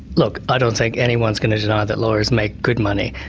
look, i don't think anyone's going to deny that lawyers make good money,